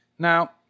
Now